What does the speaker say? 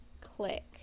click